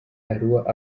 arua